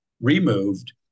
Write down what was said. removed